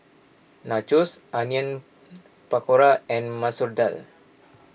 Nachos Onion Pakora and Masoor Dal